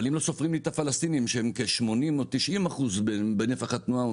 אבל אם לא סופרים את הפלסטינים שהם כשמונים או תשעים אחוז בנפח התנועה,